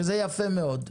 שזה יפה מאוד,